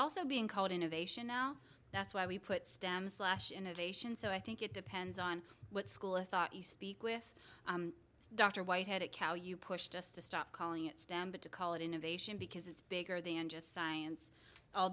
also being called innovation now that's why we put stem slash innovation so i think it depends on what school of thought you speak with dr white had a cow you pushed us to stop calling it stem but to call it innovation because it's bigger than just science all